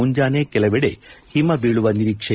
ಮುಂಜಾನೆ ಕೆಲವೆಡೆ ಹಿಮ ಬೀಳುವ ನಿರೀಕ್ಷೆ